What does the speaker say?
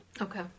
okay